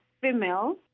female